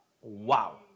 wow